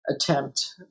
attempt